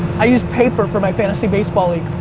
i use paper for my fantasy baseball league.